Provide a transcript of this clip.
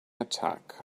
attack